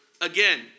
again